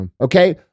okay